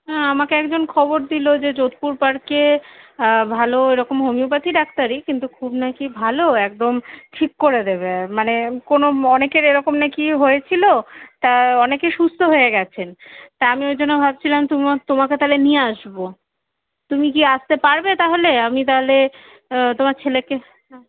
হ্যাঁ আমাকে একজন খবর দিলো যে যোধপুর পার্কে ভালো এরকম হোমিওপ্যাথি ডাক্তারই কিন্তু খুব না কি ভালো একদম ঠিক করে দেবে মানে কোনো অনেকের এরকম না কি হয়েছিলো তা অনেকে সুস্থ হয়ে গেছেন তা আমি ওই জন্য ভাবছিলাম তুমিও তোমাকে তাহলে নিয়ে আসবো তুমি কি আসতে পারবে তাহলে আমি তাহলে তোমার ছেলেকে